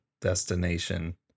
destination